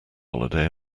holiday